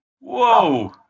whoa